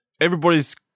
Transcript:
everybody's